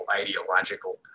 ideological